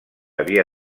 havia